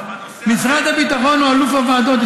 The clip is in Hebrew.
משרד הביטחון הוא אלוף הוועדות,